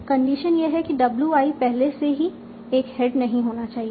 condition यह है कि w i पहले से ही एक हेड नहीं होना चाहिए